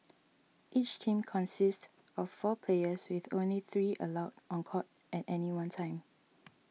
each team consists of four players with only three allowed on court at any one time